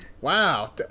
Wow